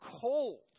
cold